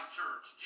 church